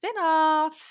spinoffs